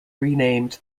renamed